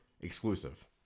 exclusive